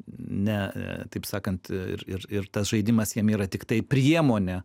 ne taip sakant ir ir ir tas žaidimas jam yra tiktai priemonė